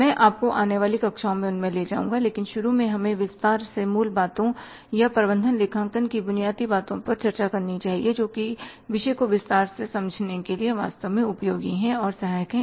मैं आपको आने वाली कक्षाओं में उनमें ले जाऊँगा लेकिन शुरू में हमें विस्तार से मूल बातें या प्रबंधन लेखांकन की बुनियादी बातों पर चर्चा करना चाहिए जो विषय को विस्तार से समझने के लिए वास्तव में उपयोगी और सहायक हैं